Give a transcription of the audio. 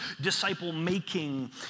disciple-making